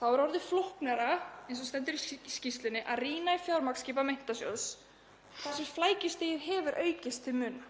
Þá er orðið flóknara, eins og stendur í skýrslunni, að rýna í fjármagnsskipan Menntasjóðs þar sem flækjustigið hefur aukist til muna.